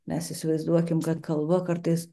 mes įsivaizduokim kad kalba kartais